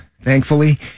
thankfully